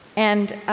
and